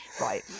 Right